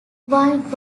wild